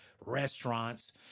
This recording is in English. restaurants